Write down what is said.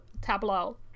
tableau